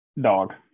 Dog